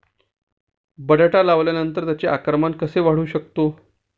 बटाटा लावल्यानंतर त्याचे आकारमान कसे वाढवू शकतो?